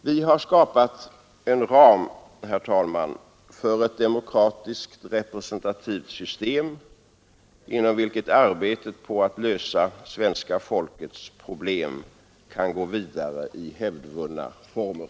Vi har skapat en ram, herr talman, för ett demokratiskt representativt system, inom vilket arbetet på att lösa svenska folkets problem kan gå vidare i hävdvunna former.